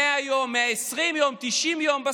100 יום, 120 יום, 90 יום.